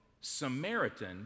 Samaritan